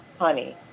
honey